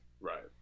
Right